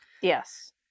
Yes